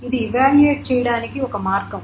ఇది ఇవాల్యుయేట్ చేయడానికి ఒక మార్గం